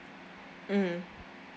mm